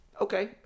Okay